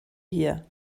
hier